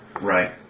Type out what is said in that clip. Right